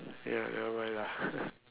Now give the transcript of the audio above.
ya never mind lah